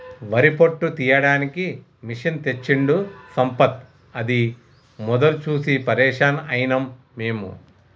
వరి పొట్టు తీయడానికి మెషిన్ తెచ్చిండు సంపత్ అది మొదలు చూసి పరేషాన్ అయినం మేము